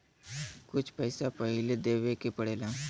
कुछ पैसा पहिले देवे के पड़ेला